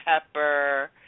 Pepper